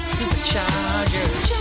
Superchargers